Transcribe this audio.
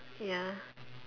ya